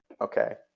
Okay